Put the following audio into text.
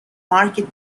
market